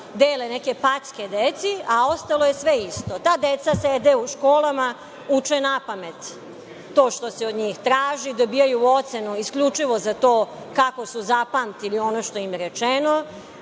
dele neke packe deci, a ostalo je sve isto. Ta deca sede u školama, uče napamet to što se od njih traži, dobijaju ocenu isključivo za to kako su zapamtili to što im je rečeno.